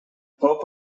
hope